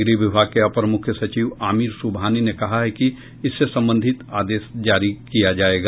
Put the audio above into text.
गृह विभाग के अपर मुख्य सचिव आमिर सुबहानी ने कहा है कि इससे संबंधित आदेश आज जारी किया जायेगा